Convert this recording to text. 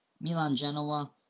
Milan-Genoa